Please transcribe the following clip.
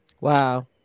Wow